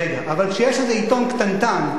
אבל כשיש איזה עיתון קטנטן,